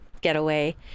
getaway